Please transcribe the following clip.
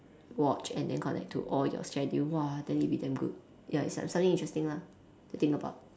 watch and then connect to all your schedule !wah! then it will be damn good ya some~ something interesting lah to think about